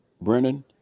Brennan